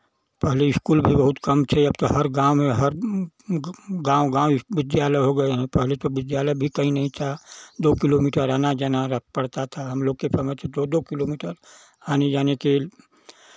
पहले स्कूल भी बहुत कम थे अब तो हर गाँव में हर गाँव गाँव विद्यालय हो गए हैं पहले तो विद्यालय भी कहीं नहीं था दो किलोमीटर आना जाना पड़ता था हमलोग के तो दो दो किलोमीटर आने जाने के